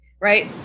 Right